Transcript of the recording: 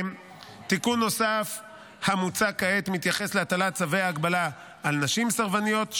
תיקון נוסף המוצע כעת מתייחס להטלת צווי הגבלה על נשים סרבניות.